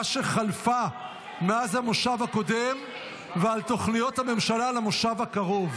שחלפה מאז המושב הקודם ועל תוכניות הממשלה למושב הקרוב.